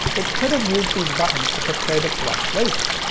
it could have used these buttons to prepare the correct laser.